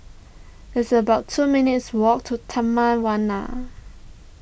it's about two minutes' walk to Taman Warna